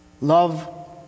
Love